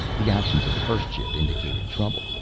the actions of the first ship indicated trouble.